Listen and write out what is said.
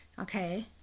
Okay